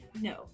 No